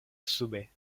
sube